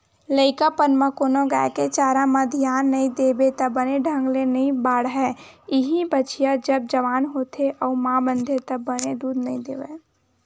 लइकापन म कोनो गाय के चारा म धियान नइ देबे त बने ढंग ले नइ बाड़हय, इहीं बछिया जब जवान होथे अउ माँ बनथे त बने दूद नइ देवय